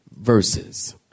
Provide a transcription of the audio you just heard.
verses